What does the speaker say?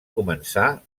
començar